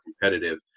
competitive